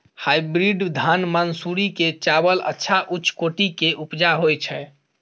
Hybrid धान मानसुरी के चावल अच्छा उच्च कोटि के उपजा होय छै?